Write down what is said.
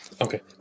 Okay